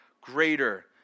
greater